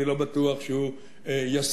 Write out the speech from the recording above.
אני לא בטוח שהוא ישים,